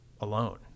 alone